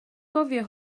gofio